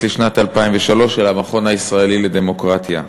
לשנת 2013 של המכון הישראלי לדמוקרטיה.